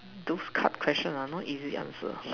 those card question ah not easy answer